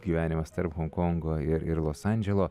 gyvenimas tarp honkongo ir ir los andželo